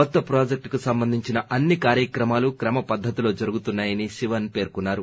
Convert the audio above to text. కొత్త ప్రాజెక్టుకు సంబంధించిన అన్ని కార్యక్రమాలు క్రమపద్దతిలో జరుగుతున్నాయని శివస్ పేర్కొన్నారు